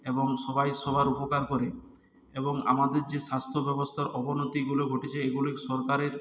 এবং সবাই সবার উপকার করে এবং আমাদের যে স্বাস্থ্য ব্যবস্থার অবনতিগুলো ঘটেছে এগুলো সরকারের